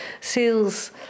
sales